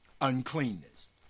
uncleanness